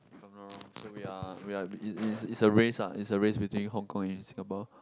if I'm not wrong so we are we are it's it's it's a race ah it's a race between Hong-Kong and Singapore